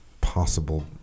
possible